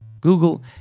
Google